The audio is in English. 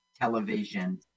television